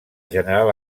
general